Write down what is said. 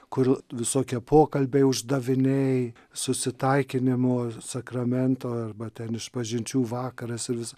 kur visokie pokalbiai uždaviniai susitaikinimo sakramento arba ten išpažinčių vakaras ir vis